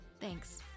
Thanks